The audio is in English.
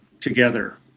together